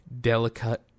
delicate